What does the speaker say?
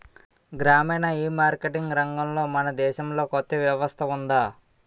గ్రామీణ ఈమార్కెటింగ్ రంగంలో మన దేశంలో కొత్త వ్యవస్థ ఉందా?